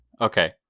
Okay